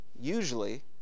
usually